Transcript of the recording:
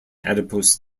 adipose